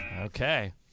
Okay